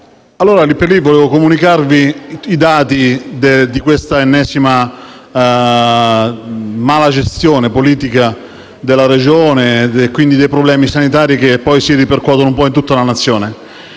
Vorrei pertanto comunicarvi i dati di questa ennesima mala gestione politica della Regione, e quindi dei problemi sanitari che poi si riflettono un po' in tutta la Nazione.